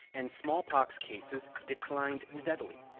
and smallpox cases declined steadily.